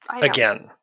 again